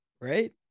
Right